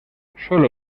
sólo